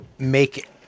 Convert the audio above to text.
make